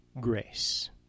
grace